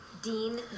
Dean